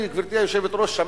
גברתי היושבת-ראש,